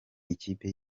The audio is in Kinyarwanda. ikipe